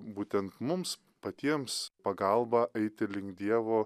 būtent mums patiems pagalba eiti link dievo